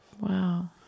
Wow